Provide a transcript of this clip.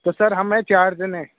तो सर हम हैं चार जने